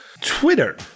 Twitter